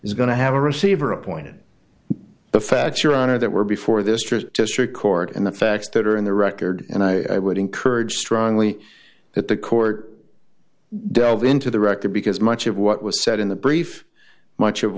is going to have a receiver appointed the feds your honor that were before this district court and the facts that are in the record and i would encourage strongly that the court delve into the record because much of what was said in the brief much of